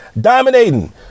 dominating